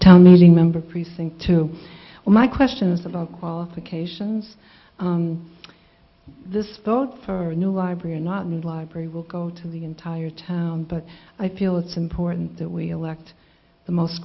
town meeting member precinct to all my questions about qualifications this vote for a new library or not need library will go to the entire town but i feel it's important that we elect the most